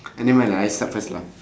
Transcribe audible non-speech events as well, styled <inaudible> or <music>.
<noise> eh never mind lah I start first lah